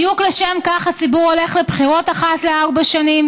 בדיוק לשם כך הציבור הולך לבחירות אחת לארבע שנים,